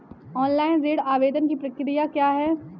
Online ऋण आवेदन की प्रक्रिया क्या है?